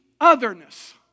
otherness